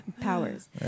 powers